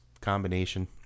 combination